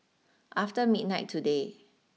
after midnight today